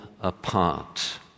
apart